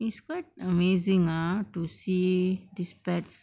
it's quite amazing ah to see these pets